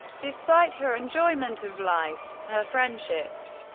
despite her enjoyment of life, her friendships,